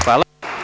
Hvala.